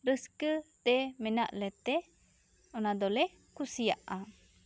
ᱨᱟᱹᱥᱠᱟᱹ ᱛᱮ ᱢᱮᱱᱟᱜ ᱞᱮᱛᱮ ᱚᱱᱟ ᱫᱚᱞᱮ ᱠᱩᱥᱤᱭᱟᱜᱼᱟ